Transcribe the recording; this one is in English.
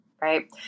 right